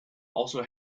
also